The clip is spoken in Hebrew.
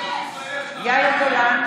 בושה.